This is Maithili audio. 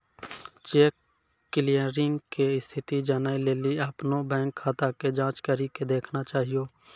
चेक क्लियरिंग के स्थिति जानै लेली अपनो बैंक खाता के जांच करि के देखना चाहियो